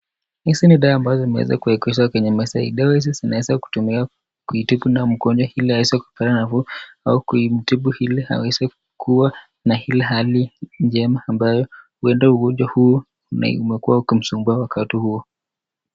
Hizi ni dawa ambazo zimeweza kuegezwa kwenye meza hii. Dawa hizi zinaweza kutumiwa kutibu nayo mgonjwa ili aweze kupata nguvu au kumtibu ili aweze kuwa na ile hali njema ambayo, huenda ugonjwa huo umekuwa ukimsumbua wakati huo.